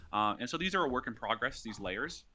and so these are a work in progress these layers.